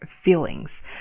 feelings